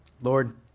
lord